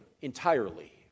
entirely